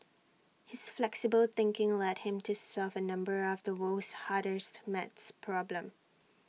his flexible thinking led him to solve A number of the world's hardest math problems